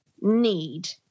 need